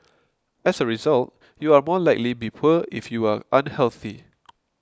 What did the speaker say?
as a result you are more likely be poor if you are unhealthy